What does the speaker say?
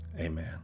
Amen